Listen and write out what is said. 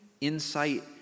insight